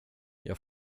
jag